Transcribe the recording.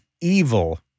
evil